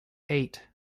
eight